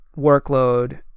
workload